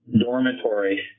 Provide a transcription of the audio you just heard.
Dormitory